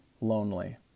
lonely